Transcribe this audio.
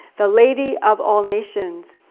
the lady of all nations.